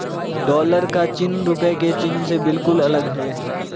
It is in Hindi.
डॉलर का चिन्ह रूपए के चिन्ह से बिल्कुल अलग है